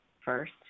First